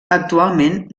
actualment